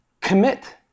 commit